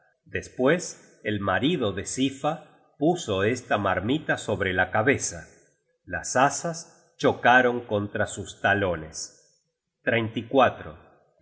despues el marido de sifa puso esta marmita sobre la cabeza las asas chocaron contra sus talones tyr y